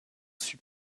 fut